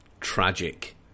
tragic